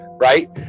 Right